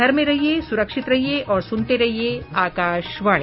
घर में रहिये सुरक्षित रहिये और सुनते रहिये आकाशवाणी